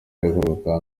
arekurwa